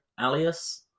Alias